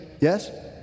Yes